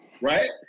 right